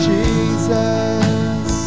Jesus